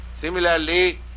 Similarly